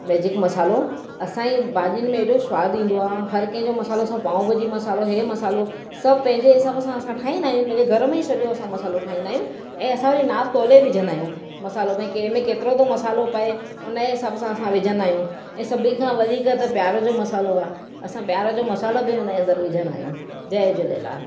magic मसालो असांजी भाॼियुनि में एॾो स्वादु ईंदो आहे हर कंहिंजो मसालो असां पाव भाॼी मसालो हीअ मसालो सभु पंहिंजे हिसाब सां असां ठाहींदा आहियूं पेंजे घर में ई सॼो असां मसालो ठाहींदा आहियूं ऐं असां वरी नापु तोले विझंदा आहियूं मसालो भाई कंहिंमें केतिरो थो मसालो पए उनजे हिसाब सां असां विझंदा आहियूं ऐं सभिनीनि खां वधीक त प्यार जो मसालो आहे असां प्यार जो मसालो बि हुनजे अंदर विझंदा आहियूं जय झूलेलाल